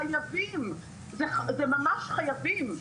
חייבים, ממש חייבים.